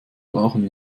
brauchen